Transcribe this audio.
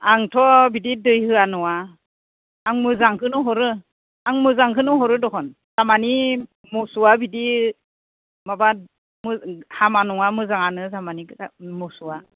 आंथ' बिदि दै होआ नङा आं मोजांखोनो हरो आं मोजांखोनो हरो दखन दामानि मुसौआ बिदि माबा हामा नङा मोजाङानो दामानि मुसौआ